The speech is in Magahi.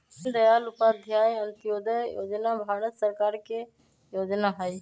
दीनदयाल उपाध्याय अंत्योदय जोजना भारत सरकार के जोजना हइ